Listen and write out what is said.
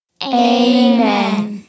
Amen